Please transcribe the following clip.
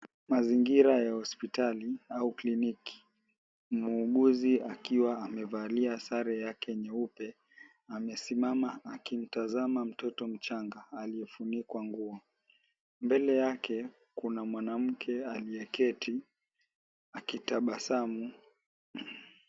Mazingira ya hospitali au kliniki. Muuguzi akiwa amevalia sare yake nyeupe amesimama akimtazama mtoto mchanga aliyefunikwa nguo. Mbele yake kuna mwanamke aliyeketi akitabasamu.